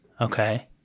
Okay